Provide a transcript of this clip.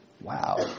Wow